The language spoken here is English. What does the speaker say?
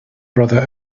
brother